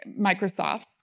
Microsofts